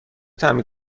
طعمی